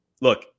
look